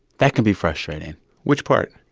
that could be frustrating which part?